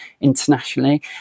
internationally